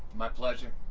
my pleasure.